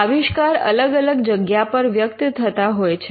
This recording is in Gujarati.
આવિષ્કાર અલગ અલગ જગ્યા પર વ્યક્ત થતા હોય છે